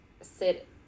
sit